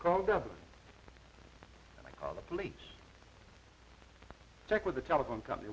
call them and i call the police check with the telephone company